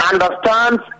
understands